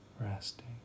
resting